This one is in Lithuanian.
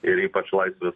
ir ypač laisvės